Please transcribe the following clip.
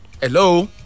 Hello